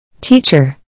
Teacher